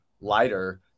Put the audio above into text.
lighter